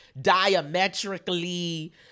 diametrically